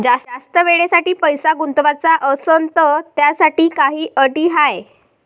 जास्त वेळेसाठी पैसा गुंतवाचा असनं त त्याच्यासाठी काही अटी हाय?